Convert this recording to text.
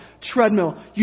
treadmill